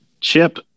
Chip